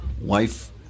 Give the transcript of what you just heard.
wife